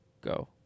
Go